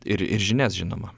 ir ir žinias žinoma